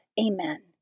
Amen